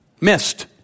missed